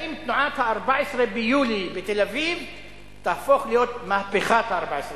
האם תנועת ה-14 ביולי בתל-אביב תהפוך להיות מהפכת ה-14 ביולי?